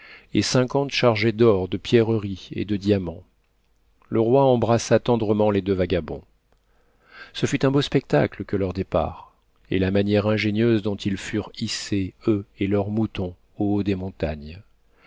et cinquante chargés d'or de pierreries et de diamants le roi embrassa tendrement les deux vagabonds ce fut un beau spectacle que leur départ et la manière ingénieuse dont ils furent hissés eux et leurs moutons au haut des montagnes